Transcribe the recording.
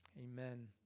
Amen